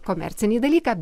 komercinį dalyką